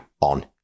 on